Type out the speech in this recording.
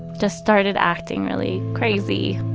just started acting really crazy,